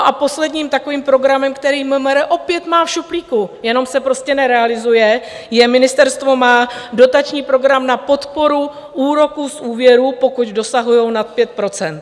A posledním takovým programem, který MMR opět má v šuplíku, jenom se prostě nerealizuje, je: ministerstvo má dotační program na podporu úroků z úvěrů, pokud dosahují nad 5 %.